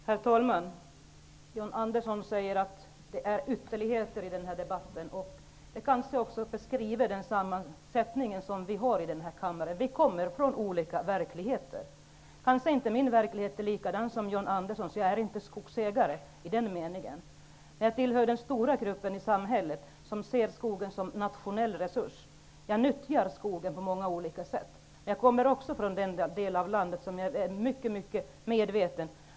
Herr talman! John Andersson säger att det finns ytterligheter i den här debatten. Det beskriver kanske också den sammansättning som vi har i kammaren. Vi kommer från olika verkligheter. Min verklighet är kanske inte likadan som John Anderssons. Jag är inte skogsägare i den meningen. Jag tillhör den stora grupp i samhället som ser skogen som nationell resurs. Jag nyttjar skogen på många olika sätt. Jag kommer också från den del av landet som är beroende av näringen.